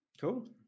Cool